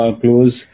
close